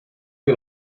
või